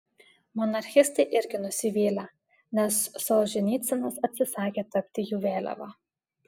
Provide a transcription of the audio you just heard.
monarchistai irgi nusivylę nes solženicynas atsisakė tapti jų vėliava